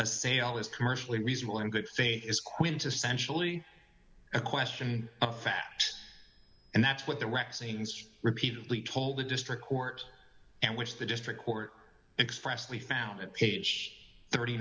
a sale is commercially reasonable in good faith is quintessentially a question of fact and that's what the rx against repeatedly told the district court and which the district court expressly found at page thirty